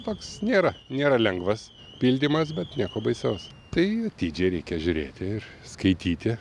toks nėra nėra lengvas pildymas bet nieko baisaus tai atidžiai reikia žiūrėti ir skaityti